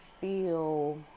feel